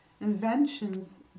inventions